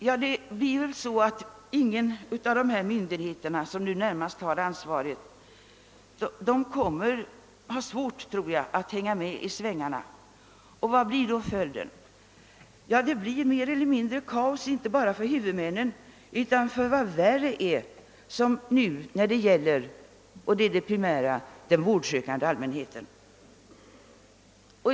Jag tror att de myndigheter som närmast har ansvaret kommer att få svårt att hänga med i svängarna. Vad blir då följden? Jo, det blir kaos inte bara för huvudmännen, utan — vad värre är — för den vårdsökande allmänheten.